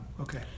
okay